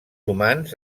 humans